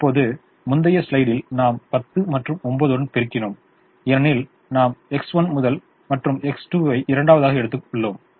இப்போது முந்தைய ஸ்லைடில் நாம் 10 மற்றும் 9 உடன் பெருக்கினோம் ஏனெனில் நாம் X1 முதல் மற்றும் X2 வை இரண்டாவதாக எடுத்துள்ளோம்